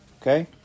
okay